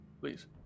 please